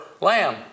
lamb